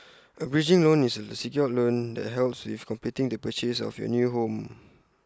A bridging loan is A secured loan that helps with completing the purchase of your new home